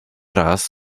раз